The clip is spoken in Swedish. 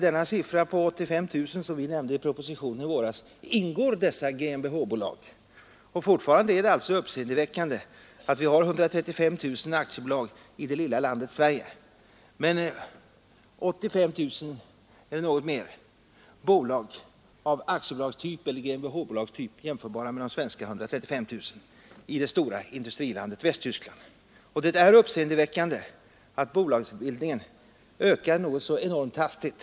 I siffran 85 000, som vi nämnde i propositionen i våras, ingår dessa GmbH-bolag. Fortfarande är det alltså uppseendeväckande att det finns 135 000 aktiebolag i det lilla landet Sverige men 85 000 eller något fler bolag av aktiebolagseller GmMbH-typ, jämförbara med de svenska 135 000, i det stora industrilandet Västtyskland. Det är därför oroande att bolagsbildningen ökar så enormt hastigt.